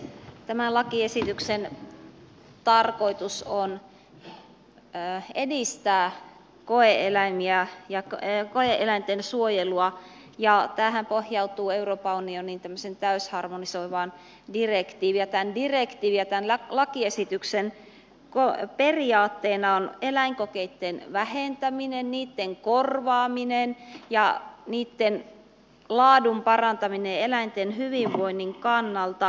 tämän lakiesityksen tarkoitus on edistää koe eläinten suojelua ja tämähän pohjautuu euroopan unionin tämmöiseen täysharmonisoivaan direktiiviin ja direktiivin ja lakiesityksen periaatteena on eläinkokeitten vähentäminen niitten korvaaminen ja niitten laadun parantaminen eläinten hyvinvoinnin kannalta